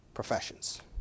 professions